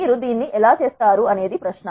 మీరు దీన్ని ఎలా చేస్తారు అనేది ప్రశ్న